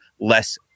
less